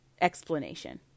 explanation